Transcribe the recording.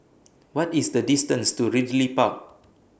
What IS The distance to Ridley Park